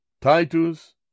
Titus